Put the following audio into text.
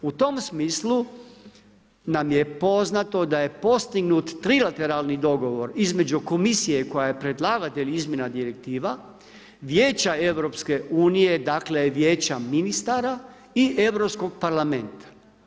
U tom smislu nam je poznato da je postignut trilateralni dogovor između komisije koja je predlagatelj izmjena direktiva, Vijeća EU, dakle vijeća ministara i Europskog parlamenta.